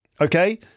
okay